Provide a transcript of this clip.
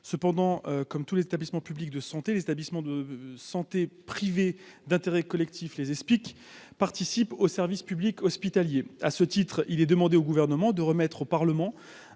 cependant comme tous les établissements publics de santé, les établissements de santé privés d'intérêt collectif, les explique participent au service public hospitalier à ce titre, il est demandé au gouvernement de remettre au Parlement